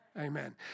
Amen